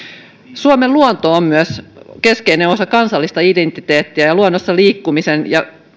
suomen luonto on myös keskeinen osa kansallista identiteettiä ja luonnossa liikkumisen ja